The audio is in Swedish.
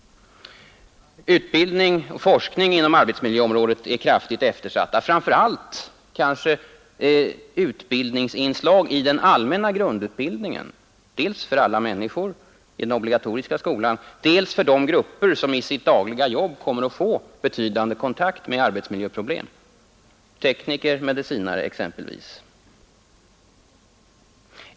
Utbildningen och forskningen inom arbetsmiljöområdet är kraftigt eftersatta, kanske framför allt när det gäller utbildningsinslag i den allmänna grundutbildningen, dels för alla, i den obligatoriska skolan, dels för de grupper som i sitt dagliga jobb kommer att få betydande kontakt med arbetsmiljöproblem, exempelvis tekniker och medicinare.